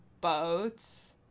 boats